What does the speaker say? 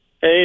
Hey